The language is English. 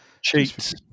Cheats